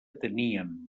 teníem